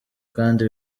kandi